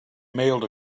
mailed